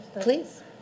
please